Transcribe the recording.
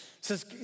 says